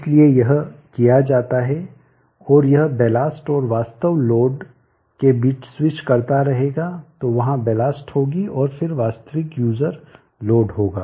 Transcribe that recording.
इसलिए यह किया जाता है कि यह बेलास्ट और वास्तव लोड के बीच स्विच करता रहेगा तो वहा बेलास्ट होगी और फिर वास्तविक यूजर लोड होगा